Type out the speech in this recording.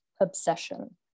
obsession